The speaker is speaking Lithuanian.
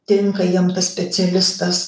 tinka jam tas specialistas